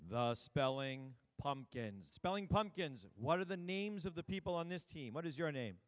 the spelling pumpkin spelling pumpkins and what are the names of the people on this team what is your name